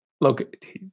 look